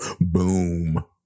Boom